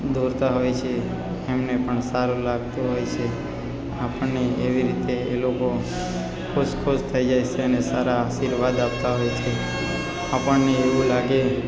દોરતા હોય છે એમને પણ સારું લાગતું હોય છે આપણને એવી રીતે એ લોકો ખુશ ખુશ થઈ જાય છે અને સારા આશીર્વાદ આપતા હોય છે આપણને એવું લાગે